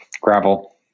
Gravel